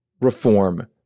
reform